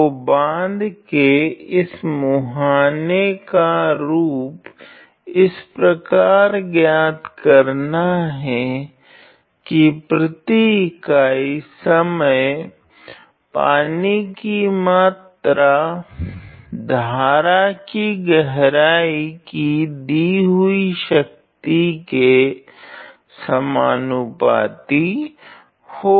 तो बाँध के इस मुहाने का रूप इस प्रकार ज्ञात करना है की प्रति इकाई समय पानी की मात्रा धारा की गहराई की दी हुई शक्ति के समानुपाती हो